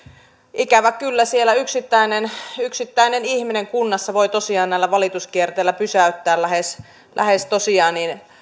ikävä kyllä siellä yksittäinen yksittäinen ihminen voi tosiaan näillä valituskierteillä pysäyttää lähes lähes